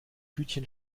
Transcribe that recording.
hütchen